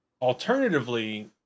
Alternatively